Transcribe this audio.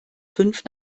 fünf